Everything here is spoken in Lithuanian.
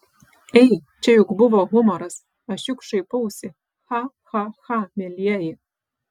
ei čia juk buvo humoras aš juk šaipausi cha cha cha mielieji